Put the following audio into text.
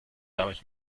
damit